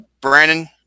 Brandon